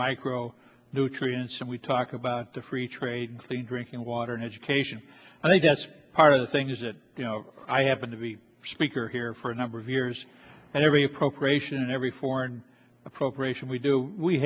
micro nutrients and we talk about the free trade clean drinking water and education i think that's part of the things that i have been to be speaker here for a number of years and every appropriation every foreign appropriation we do we